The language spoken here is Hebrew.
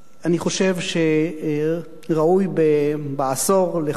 אני חושב שראוי בעשור לחוק